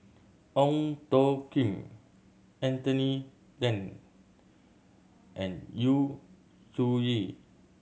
Ong Tjoe Kim Anthony Then and Yu Zhuye